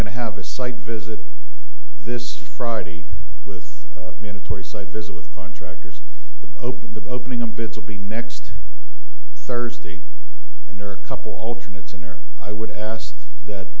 going to have a site visit this friday with mandatory side visit with contractors the open the opening of bids will be next thursday and there are a couple alternate center i would asked that